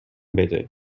بده